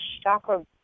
chakra